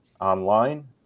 online